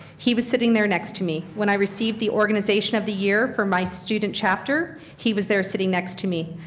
he was sitting there next to me when i received the organization of the year for my student chapter, he was there sitting next to me.